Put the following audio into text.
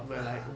(uh huh)